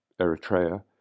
Eritrea